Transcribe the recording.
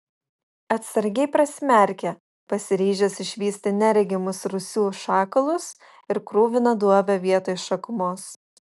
atsargiai prasimerkė pasiryžęs išvysti neregimus rūsių šakalus ir kruviną duobę vietoj šakumos